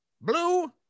blue